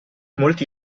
molti